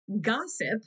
gossip